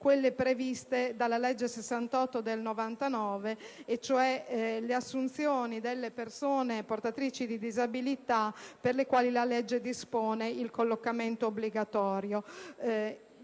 quelle previste dalla legge n. 68 del 1999, cioè le assunzioni delle persone portatrici di disabilità per le quali la legge dispone il collocamento obbligatorio.